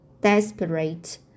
desperate